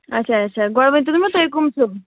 اَچھا اَچھا گۄڈٕ ؤنۍتو مےٚ تُہۍ کَم چھِو